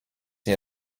nie